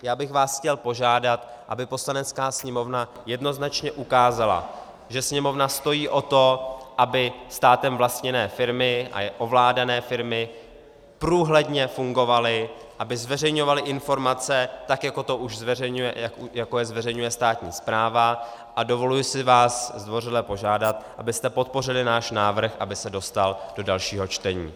Já bych vás chtěl požádat, aby Poslanecká sněmovna jednoznačně ukázala, že Sněmovna stojí o to, aby státem vlastněné firmy a ovládané firmy průhledně fungovaly, aby zveřejňovaly informace, tak jako je zveřejňuje státní správa, a dovoluji si vás zdvořile požádat, abyste podpořili náš návrh, aby se dostal do dalšího čtení.